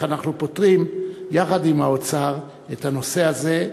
אנחנו פותרים יחד עם האוצר את הנושא הזה,